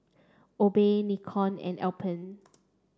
Obey Nikon and Alpen